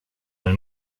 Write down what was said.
del